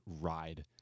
ride